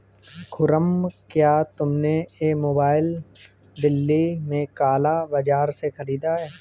खुर्रम, क्या तुमने यह मोबाइल दिल्ली के काला बाजार से खरीदा है?